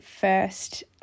first